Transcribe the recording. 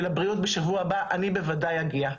ולבריאות בשבוע הבא אני בוודאי אגיע.